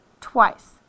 twice